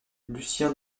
lucien